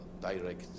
direct